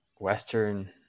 Western